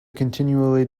continually